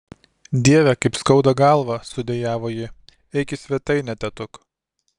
dieve kaip skauda galvą sudejavo ji eik į svetainę tėtuk